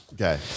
Okay